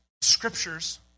Scriptures